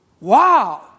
Wow